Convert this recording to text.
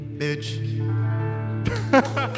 bitch